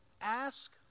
ask